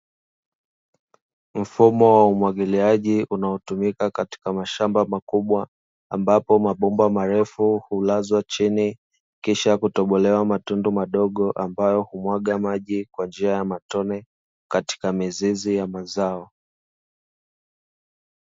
Mfumo wa umwagiliaji unaotumika katika mashamba makubwa, ambapo mabomba marefu hulazwa chini kisha kutobolewa matundu madogo, ambayo humwaga maji kwa njia ya matone katika mizizi ya mazao.